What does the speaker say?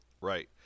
Right